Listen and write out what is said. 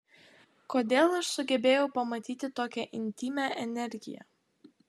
kodėl aš sugebėjau pamatyti tokią intymią energiją